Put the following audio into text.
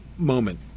moment